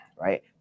right